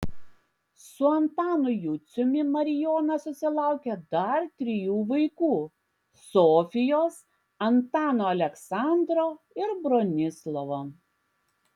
su antanu juciumi marijona susilaukė dar trijų vaikų sofijos antano aleksandro ir bronislovo